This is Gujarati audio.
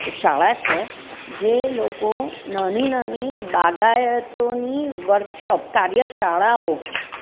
શાળા છે જે લોકો નાની નાની બાગાયતોની વર્કશોપ કાર્યશાળાઓ